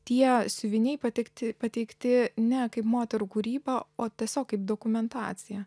tie siuviniai pateikti pateikti ne kaip moterų kūryba o tiesiog kaip dokumentacija